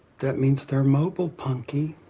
that means they're mobile, punky.